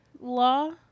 law